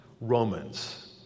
Romans